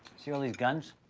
see all these guns?